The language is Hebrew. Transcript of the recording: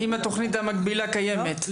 מה התוכנית "באים בטוב" באה להוסיף?